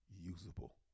usable